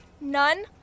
None